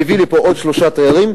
מביא לפה מחר עוד שלושה תיירים,